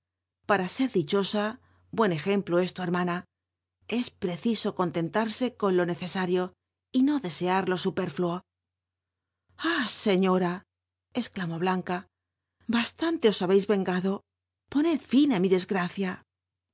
para ser tlichol'a buen l'jcmplo co lu hermana es preciso con en arsc con lo necesario y no desear lo supérlluo ab sciiora exclamó manca bastan le os habcis rengado poned fin á mi dc